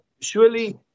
surely